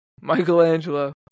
Michelangelo